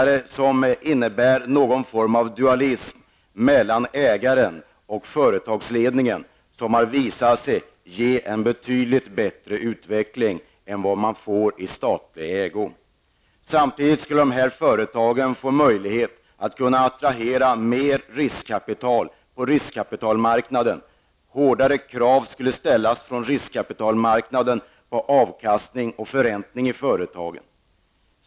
Det kan medföra en dualism mellan ägare och företagsledning, något som har visat sig medföra en betydligt bättre utveckling än den som uppnås i företag i statlig ägo. Samtidigt skulle dessa företag ges möjlighet att attrahera till mer riskkapital på riskkapitalmarknaden. Hårdare krav skulle ställas från riskkapitalmarknaden på avkastning och förräntning i företagen.